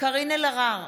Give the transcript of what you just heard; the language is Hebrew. קארין אלהרר,